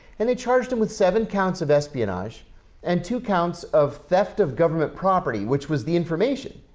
and they charged and with seven counts of espionage and two counts of theft of government property, which was the information.